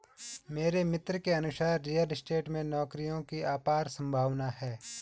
मेरे मित्र के अनुसार रियल स्टेट में नौकरियों की अपार संभावना है